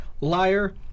liar